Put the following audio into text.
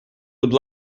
будь